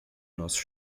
nosso